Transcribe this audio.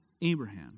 Abraham